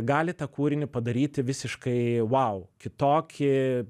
gali tą kūrinį padaryti visiškai vau kitokį